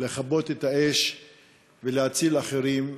לכבות את האש ולהציל אחרים,